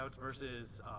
versus